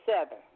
seven